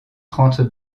trente